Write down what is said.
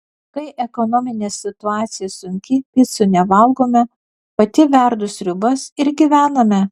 kai ekonominė situacija sunki picų nevalgome pati verdu sriubas ir gyvename